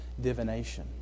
divination